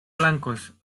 blancos